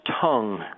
tongue